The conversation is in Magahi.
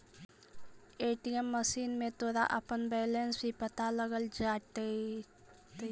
ए.टी.एम मशीन में तोरा अपना बैलन्स भी पता लग जाटतइ